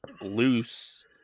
loose